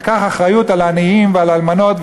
קח אחריות על העניים ועל האלמנות,